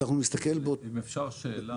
אפשר שאלה.